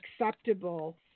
acceptable